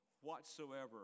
whatsoever